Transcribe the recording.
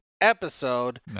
episode